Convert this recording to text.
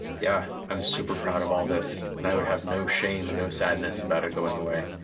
yeah, i'm super proud of all this, and i would have no shame and no sadness about it going away.